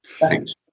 Thanks